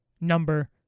number